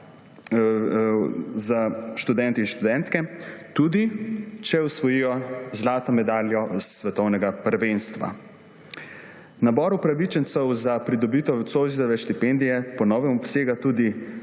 za študente in študentke, tudi če osvojijo zlato medaljo s svetovnega prvenstva. Nabor upravičencev za pridobitev Zoisove štipendije po novem obsega tudi